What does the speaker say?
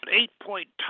eight-point